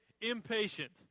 impatient